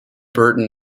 burton